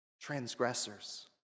Transgressors